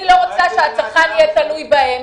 אני לא רוצה שהצרכן יהיה תלוי בהם.